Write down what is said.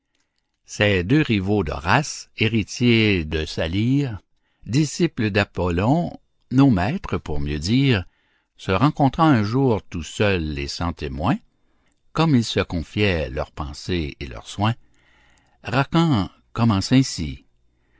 ces deux rivaux d'horace héritiers de sa lyre disciples d'apollon nos maîtres pour mieux dire se rencontrant un jour tout seuls et sans témoins comme ils se confiaient leurs pensers et leurs soins racan commence ainsi